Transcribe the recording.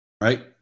Right